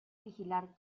vigilar